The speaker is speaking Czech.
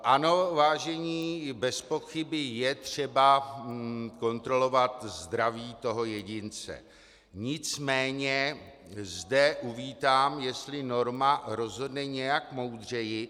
Ano, vážení, bezpochyby je třeba kontrolovat zdraví toho jedince, nicméně uvítám, jestli norma rozhodne nějak moudřeji.